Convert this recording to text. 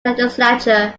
legislature